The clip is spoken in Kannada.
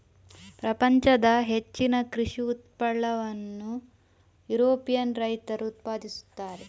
ಪ್ರಪಂಚದ ಹೆಚ್ಚಿನ ಕೃಷಿ ತುಪ್ಪಳವನ್ನು ಯುರೋಪಿಯನ್ ರೈತರು ಉತ್ಪಾದಿಸುತ್ತಾರೆ